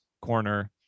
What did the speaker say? corner